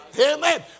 Amen